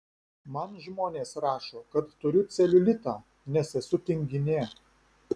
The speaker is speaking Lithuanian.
man žmonės rašo kad turiu celiulitą nes esu tinginė